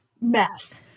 mess